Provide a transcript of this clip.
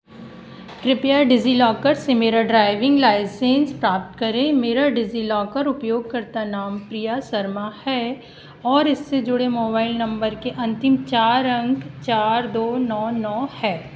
कृपया डिज़िलॉकर से मेरा ड्राइविन्ग लाइसेन्स प्राप्त करें मेरा डिज़िलॉकर उपयोगकर्त्ता नाम प्रिया शर्मा है और इससे जुड़े मोबाइल नम्बर के अन्तिम चार अंक चार दो नौ नौ हैं